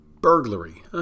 Burglary